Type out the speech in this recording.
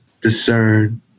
discern